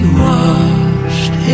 washed